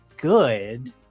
good